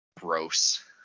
gross